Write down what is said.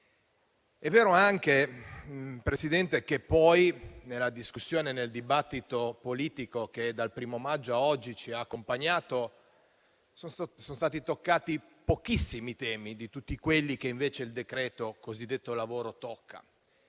È vero anche, Presidente, che nella discussione e nel dibattito politico che, dal 1° maggio a oggi, ci hanno accompagnato, sono stati toccati pochissimi temi tra tutti quelli che invece il cosiddetto decreto lavoro tocca.